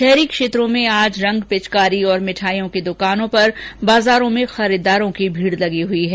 शहरी क्षेत्रों में आज रंग पिचकारी और मिठाइयों की द्वकानों पर बाजारों में खरीददारों की भीड़ लगी हुई है